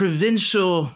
Provincial